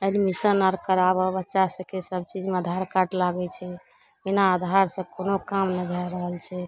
admission आओर कराबऽ बच्चा सभके सबचीजमे कार्ड लागै छै बिना आधारसे कोनो काम नहि भए रहल छै